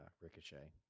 Ricochet